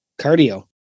Cardio